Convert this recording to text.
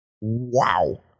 Wow